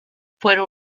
puerto